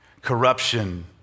corruption